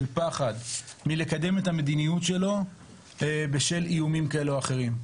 של פחד מלקדם את המדיניות שלו בשל איומים כאלה או אחרים.